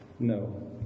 No